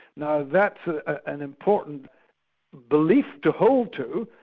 now that's an important belief to hold to,